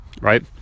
Right